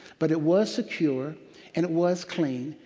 but it was secure and it was clean.